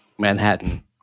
Manhattan